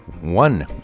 One